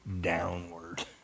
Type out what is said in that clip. downward